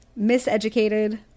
Miseducated